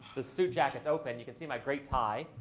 the suit jacket's open. you can see my great tie.